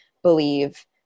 believe